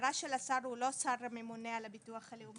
ההגדרה של השר הוא לא שר הממונה על הביטוח הלאומי.